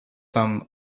some